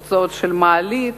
הוצאות על מעלית,